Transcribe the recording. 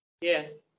Yes